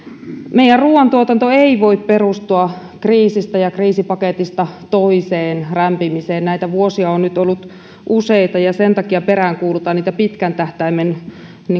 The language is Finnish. meidän ruoantuotantomme ei voi perustua kriisistä ja kriisipaketista toiseen rämpimiseen näitä vuosia on nyt ollut useita ja sen takia peräänkuulutan niitä pitkän tähtäimen